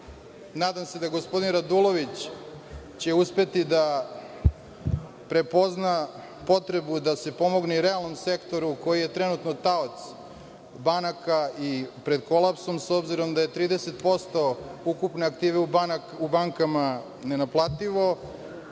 se da gospodin Radulović će uspeti da prepozna potrebu da se pomogne i realnom sektoru koji je trenutno taoc banaka i pred kolapsom, s obzirom da je 30% ukupne aktive u bankama nenaplativo